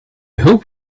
hope